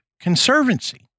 Conservancy